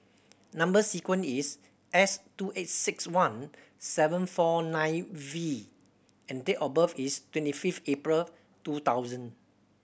number sequence is S two eight six one seven four nine V and date of birth is twenty fifth April two thousand